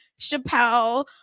Chappelle